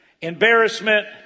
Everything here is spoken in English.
embarrassment